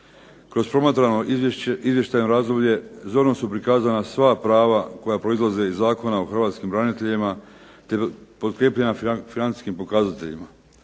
Kroz promatrano izvještajno razdoblje zorno su prikazana sva prava koja proizlaze iz Zakona o hrvatskim braniteljima te potkrijepljena financijskim pokazateljima